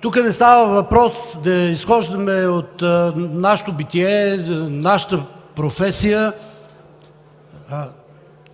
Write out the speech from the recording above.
Тук не става въпрос да изхождаме от нашето битие, нашата професия –